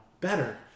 better